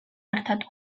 artatu